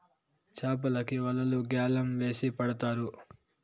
చాపలకి వలలు గ్యాలం వేసి పడతారు